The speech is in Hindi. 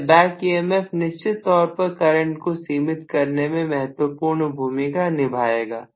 यह बैक emf निश्चित तौर पर करंट को सीमित करने में महत्वपूर्ण भूमिका निभाएगा